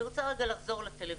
אני רוצה לחזור לטלויזיה.